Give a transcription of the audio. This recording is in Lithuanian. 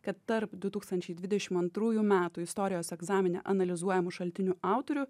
kad tarp du tūkstančiai dvidešim antrųjų metų istorijos egzamine analizuojamų šaltinių autorių